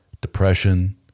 depression